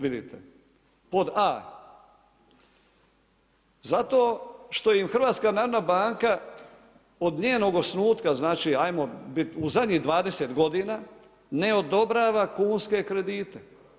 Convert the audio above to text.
Vite pod a) zato što im HNB od njenog osnutka, znači hajmo bit u zadnjih 20 godina ne odobrava kunske kredite.